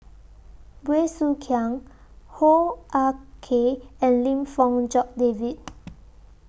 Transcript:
Bey Soo Khiang Hoo Ah Kay and Lim Fong Jock David